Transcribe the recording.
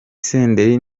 senderi